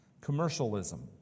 commercialism